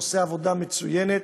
עושה עבודה מצוינת,